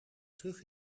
terug